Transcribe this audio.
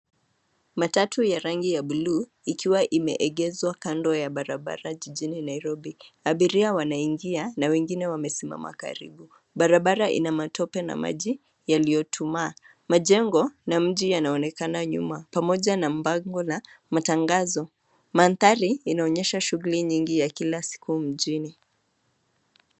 Matatu ya rangi ya buluu, ikiwa imeegezwa kando ya barabara jijini Nairobi. Abiria wanaingia ma wengine wamesimama karibu. Barabara ina matope na maji yaliyotumaa. Majengo na mji yanaonekana nyuma, pamoja na bango la matangazo. Mandhari inaonyesha shuguli nyingi ya kila siku mjini.